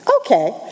Okay